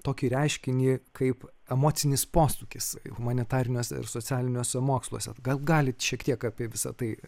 tokį reiškinį kaip emocinis posūkis humanitariniuose ir socialiniuose moksluose gal galit šiek tiek apie visa tai